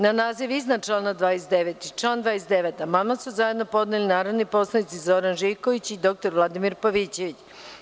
Na naziv iznadčlana 30. i član 30. amandman su zajedno podneli narodni poslanici Zoran Živković i dr Vladimir Pavićević.